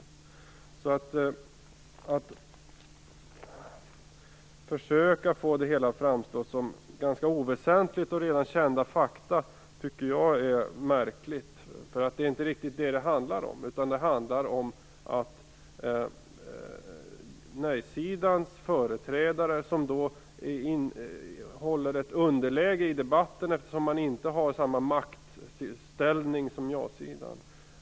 Jag tycker att det är märkligt att man försöker få det hela att framstå som oväsentligt och som om det gällde redan kända fakta. Det är inte riktigt det som det handlar om utan om att företrädarna för nejsidan är i underläge i debatten, eftersom de inte har samma maktställning som man har på jasidan.